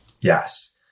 Yes